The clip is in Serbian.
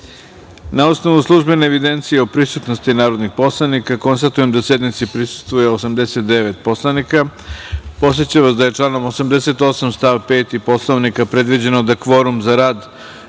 osnovu službene evidencije o prisutnosti narodnih poslanika, konstatujem da sednici prisustvuje 89 poslanika. Podsećam vas da je članom 88. stav 5. Poslovnika, predviđeno da kvorum za rad